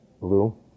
Blue